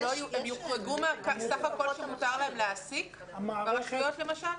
הם יוחרגו מסך האנשים שמותר להם להעסיק ברשויות המקומיות?